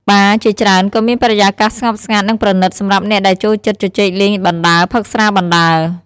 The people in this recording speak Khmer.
បារជាច្រើនក៏មានបរិយាកាសស្ងប់ស្ងាត់ និងប្រណិតសម្រាប់អ្នកដែលចូលចិត្តជជែកលេងបណ្ដើរ ផឹកស្រាបណ្ដើរ ។